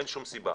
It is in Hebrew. אין שום סיבה.